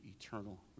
eternal